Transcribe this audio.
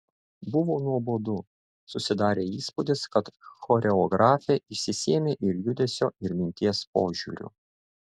buvo nuobodu susidarė įspūdis kad choreografė išsisėmė ir judesio ir minties požiūriu